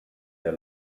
der